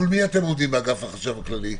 מול מי אתם עובדים בחשב הכללי?